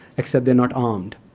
except they're not armed.